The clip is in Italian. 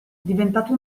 diventato